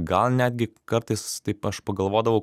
gal netgi kartais taip aš pagalvodavau